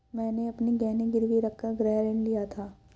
मैंने अपने गहने गिरवी रखकर गृह ऋण लिया था